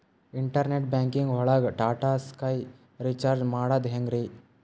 Internet banking ಒಳಗ್ Tata Sky recharge ಮಾಡದ್ ಹೆಂಗ್ರೀ?